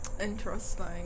Interesting